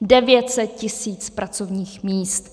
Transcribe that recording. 900 tisíc pracovních míst.